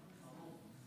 פולקמן.